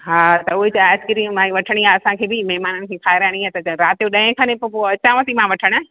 हा त उहेई त आइसक्रीम भई वठणी आहे असांखे बि महिमाननि खे खाराइणी आहे त राति जो ॾहे खनि पोइ पोइ मां अचांवती मां वठणु